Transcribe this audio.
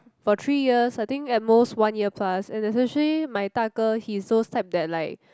for three years I think at most one year plus and there's actually my 大哥 he's those type that like